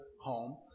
home